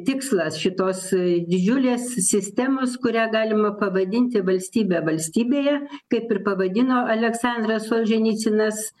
tikslas šitos didžiulės sistemos kurią galima pavadinti valstybe valstybėje kaip ir pavadino aleksandras solženicynas